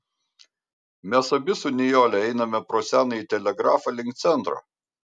mes abi su nijole einame pro senąjį telegrafą link centro